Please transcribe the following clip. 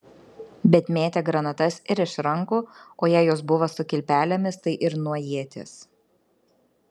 bet mėtė granatas ir iš rankų o jei jos buvo su kilpelėmis tai ir nuo ieties